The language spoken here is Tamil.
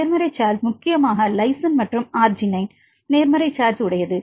நேர்மறை சார்ஜ் முக்கியமாக லைசின் மற்றும் அர்ஜினைன் நேர்மறை சார்ஜ் உடையது